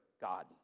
God